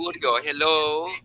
hello